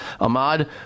Ahmad